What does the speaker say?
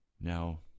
Now